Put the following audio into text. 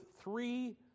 three